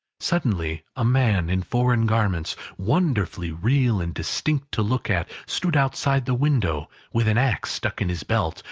suddenly a man, in foreign garments wonderfully real and distinct to look at stood outside the window, with an axe stuck in his belt,